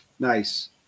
Nice